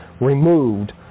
removed